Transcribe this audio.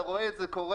אתה רואה את זה קורה,